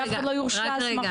אף אחד לא יוסמך על סמך זה,